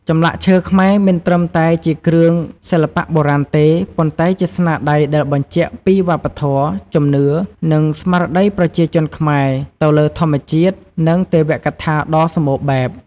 ចម្លាក់ឈើខ្មែរមិនត្រឹមតែជាគ្រឿងសិល្បៈបុរាណទេ ប៉ុន្តែជាស្នាដៃដែលបញ្ជាក់ពីវប្បធម៌ ជំនឿ និងស្មារតីប្រជាជនខ្មែរទៅលើធម្មជាតិ និងទេវកថាដ៏សម្បូរបែប។